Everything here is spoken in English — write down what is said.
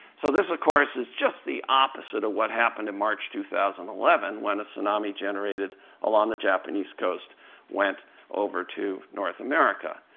so this, of course, is just the opposite of what happened in march two thousand and eleven when a tsunami generated along the japanese coast went over to north america.